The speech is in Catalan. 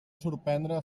sorprendre